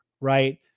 right